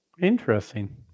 Interesting